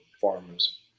farmers